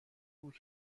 بود